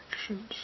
actions